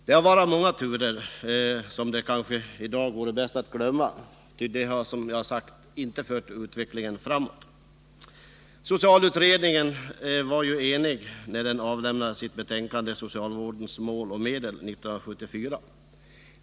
Här har varit många turer, som det kanske i dag vore bäst att glömma, för de har —som jag sagt - inte fört utvecklingen framåt. Socialutredningen var ju enig när den avlämnade sitt betänkande Socialvårdens mål och medel 1974.